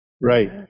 Right